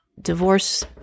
divorce